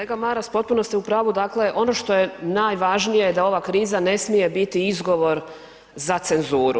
Kolega Maras potpuno ste u pravu, dakle ono što je najvažnije da ova kriza ne smije biti izgovor za cenzuru.